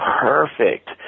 perfect